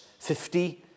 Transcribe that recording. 50